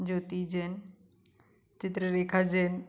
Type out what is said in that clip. Jyoti Jain Chitrarekha Jain